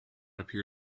appear